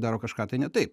daro kažką tai ne taip